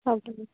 okay